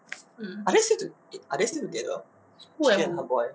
are they still are they still together she and her boy